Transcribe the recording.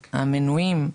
המנויים,